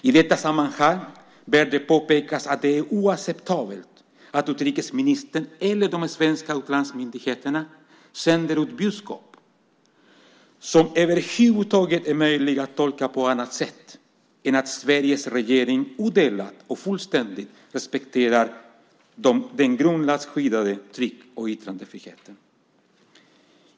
I detta sammanhang bör det påpekas att det är oacceptabelt att utrikesministern eller de svenska utlandsmyndigheterna sänder ut budskap som över huvud taget är möjliga att tolka på annat sätt än att Sveriges regering odelat och fullständigt respekterar den grundlagsskyddade tryck och yttrandefriheten.